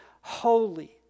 holy